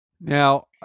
Now